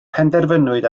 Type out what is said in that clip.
penderfynwyd